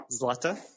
Zlata